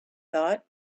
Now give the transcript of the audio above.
thought